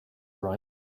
right